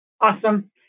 Awesome